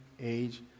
age